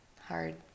hard